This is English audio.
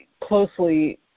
closely